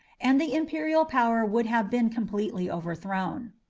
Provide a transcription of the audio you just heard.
and the imperial power would have been completely overthrown.